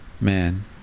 Man